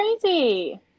crazy